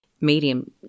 medium